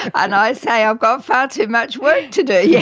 and i say i've got far too much work to to yeah